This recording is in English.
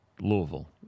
Louisville